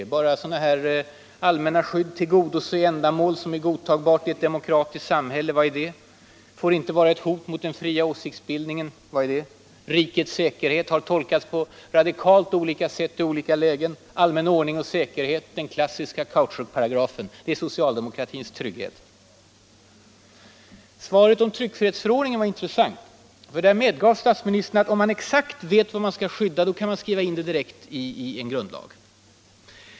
Men skyddet utgörs av allmänna formuleringar: ”Tillgodose ändamål som är godtagbart i ett demokratiskt samhälle” — vad är det? ”Får inte vara ett hot mot den fria åsiktsbildningen” — vad är det? ”Rikets säkerhet” — det har tolkats på radikalt olika sätt i olika lägen. ”Allmän ordning och säkerhet” — den klassiska kautschukparagrafen. Det är socialdemokratins trygghet. Svaret om tryckfrihetsförordningen var intressant. Där medgav statsministern att om man exakt vet vad man skall skydda, då kan man skriva in det direkt i en grundlag.